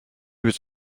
was